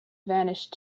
vanished